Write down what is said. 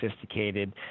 sophisticated